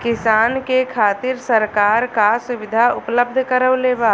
किसान के खातिर सरकार का सुविधा उपलब्ध करवले बा?